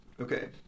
Okay